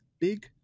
big